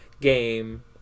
game